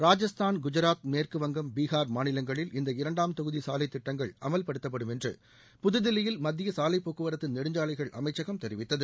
ராஜஸ்தான் குஜராத் மேற்குவங்கம் பீகார் மாநிலங்களில் இந்த இரண்டாம் தொகுதி சாலைத் திட்டங்கள் அமவ்படுத்தப்படும் என்று புதுதில்லியில் மத்திய சாவைப்போக்குவரத்து நெடுஞ்சாலைகள் அமைச்சகம் தெரிவித்தது